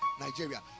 nigeria